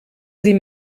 sie